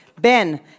Ben